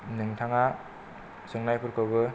नोंथाङा सोंनायफोरखौबो